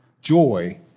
joy